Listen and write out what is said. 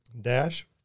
Dash